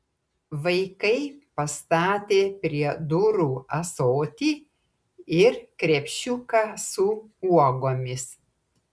vaikai pastatė prie durų ąsotį ir krepšiuką su uogomis